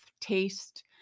taste